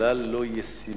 בכלל לא ישימות.